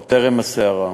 עוד טרם הסערה,